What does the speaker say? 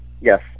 Yes